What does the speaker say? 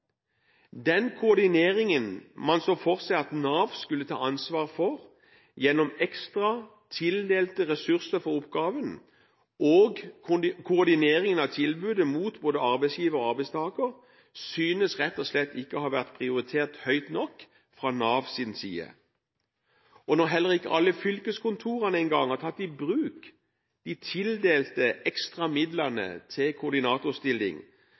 Den koordineringen man så for seg at Nav skulle ta ansvar for gjennom ekstra tildelte ressurser for oppgaven og koordinering av tilbudet mot både arbeidsgiver og arbeidstaker, synes rett og slett ikke å ha vært prioritert høyt nok fra Navs side. Når heller ikke alle fylkeskontorene engang har tatt i bruk de tildelte ekstra midlene til koordinatorstilling,